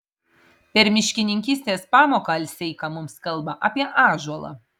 per miškininkystės pamoką alseika mums kalba apie ąžuolą